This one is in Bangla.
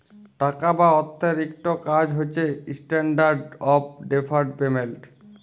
টাকা বা অথ্থের ইকট কাজ হছে ইস্ট্যান্ডার্ড অফ ডেফার্ড পেমেল্ট